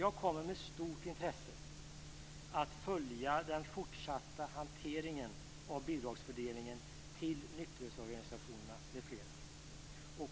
Jag kommer med stort intresse att följa den fortsatta hanteringen av fördelningen av bidrag till nykterhetsorganisationerna m.fl.